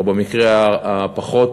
או במקרה היותר-מחמיא,